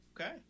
Okay